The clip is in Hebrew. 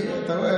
אתה רואה,